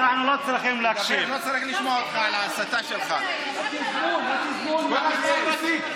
(חבר הכנסת אחמד טיבי יוצא מאולם המליאה.)